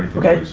okay,